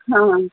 ହଁ